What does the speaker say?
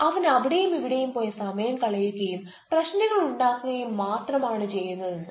അവൻ അവിടെയും ഇവിടെയും പോയി സമയം കളയുകയും പ്രശ്നങ്ങൾ ഉണ്ടാക്കുകയും മാത്രം ആണ് ചെയ്യുന്നത് എന്ന്